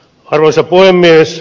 arvoisa puhemies